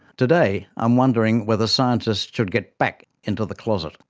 today, i'm wondering whether scientists should get back into the closet.